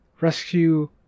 rescue